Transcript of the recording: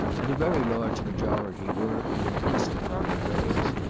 and a very large majority were in an instant on their legs.